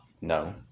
No